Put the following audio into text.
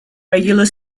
regular